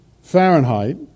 Fahrenheit